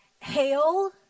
Hail